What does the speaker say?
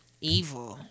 Evil